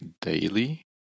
daily